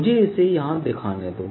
मुझे इसे यहाँ दिखाने दो